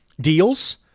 deals